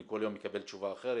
אני כל יום מקבל תשובה אחרת.